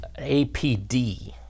APD